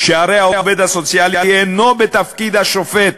שהרי העובד הסוציאלי אינו בתפקיד שופט,